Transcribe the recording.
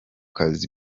kazi